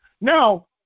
Now